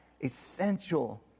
essential